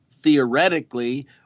theoretically